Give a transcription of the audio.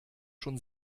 schon